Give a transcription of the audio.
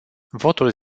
votul